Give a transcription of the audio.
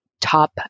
top